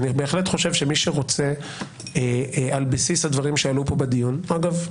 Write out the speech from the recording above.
אני בהחלט חושב שמי שרוצה על בסיס הדברים שעלו פה בדיון אגב,